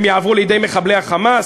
הם יעברו לידי מחבלי ה"חמאס"?